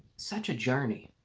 such a journey.